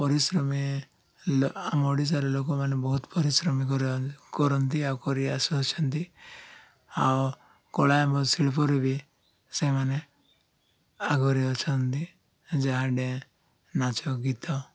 ପରିଶ୍ରମୀ ଆମ ଓଡ଼ିଶାରେ ଲୋକମାନେ ବହୁତ ପରିଶ୍ରମୀ କରନ୍ତି ଆଉ କରି ଆସୁଅଛନ୍ତି ଆଉ କଳା ଆମ ଶିଳ୍ପରେ ବି ସେମାନେ ଆଗରେ ଅଛନ୍ତି ଯାହାଡେ ନାଚ ଗୀତ